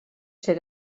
ser